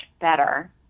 better